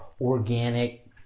organic